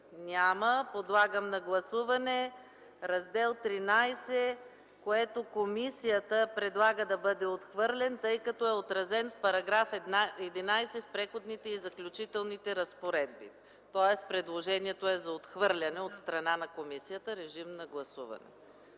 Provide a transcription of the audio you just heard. Няма. Подлагам на гласуване Раздел ХІІІ, който комисията предлага да бъде отхвърлен, тъй като е отразен в § 11 в Преходните и заключителните разпоредби, тоест предложението е за отхвърляне от страна на комисията, тъй като ще